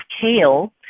kale